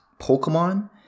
pokemon